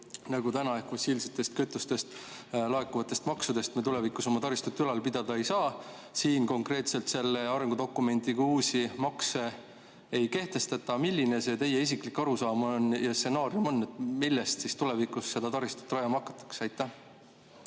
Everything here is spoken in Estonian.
nagu täna fossiilsete kütuste pealt laekuvatest maksudest me tulevikus oma taristut ülal pidada ei saa. Konkreetselt selle arengudokumendiga uusi makse ei kehtestata. Aga milline on teie isiklik arusaam ja stsenaarium, et mille eest siis tulevikus seda taristut rajama hakatakse? Aitäh,